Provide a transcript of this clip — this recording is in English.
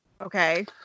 Okay